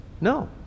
No